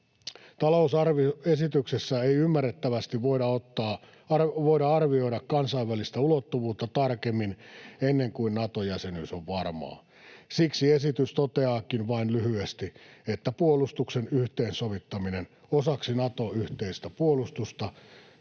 Talousarvioesityksessä ei ymmärrettävästi voida arvioida kansainvälistä ulottuvuutta tarkemmin ennen kuin Nato-jäsenyys on varmaa. Siksi esitys toteaakin vain lyhyesti, että puolustuksen yhteensovittaminen osaksi Naton yhteistä puolustusta